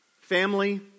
family